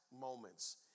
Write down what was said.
moments